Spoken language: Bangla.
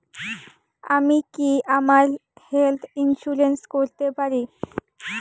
আমি কি আমার হেলথ ইন্সুরেন্স করতে পারি?